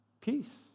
Peace